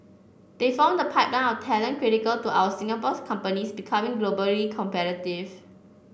they form the pipeline of talent critical to our Singapore companies becoming globally competitive